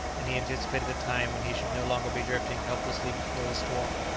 and he anticipated the time when he should no longer be drifting helplessly before the storm.